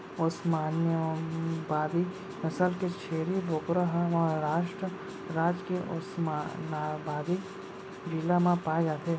ओस्मानाबादी नसल के छेरी बोकरा ह महारास्ट राज के ओस्मानाबादी जिला म पाए जाथे